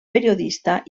periodista